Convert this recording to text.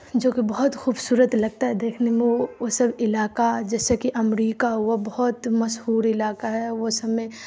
جو کہ بہت خوبصورت لگتا ہے دیکھنے میں وہ سب علاقہ جیسا کہ امریکہ ہوا بہت مشہور علاقہ ہے وہ سب میں